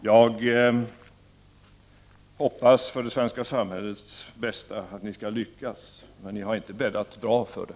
Jag hoppas för det svenska samhällets bästa att ni skall lyckas. Men ni har inte bäddat bra för det.